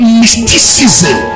mysticism